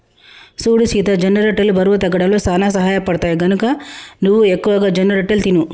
సూడు సీత జొన్నలు బరువు తగ్గడంలో సానా సహయపడుతాయి, గనక నువ్వు ఎక్కువగా జొన్నరొట్టెలు తిను